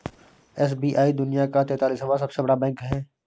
SBI दुनिया का तेंतालीसवां सबसे बड़ा बैंक है